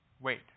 wait